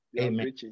amen